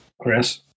Chris